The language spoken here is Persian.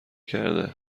کرده